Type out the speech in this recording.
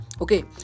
okay